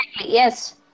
yes